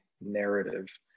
narrative